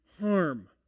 harm